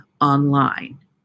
online